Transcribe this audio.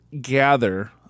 gather